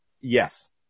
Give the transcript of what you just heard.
yes